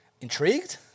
Intrigued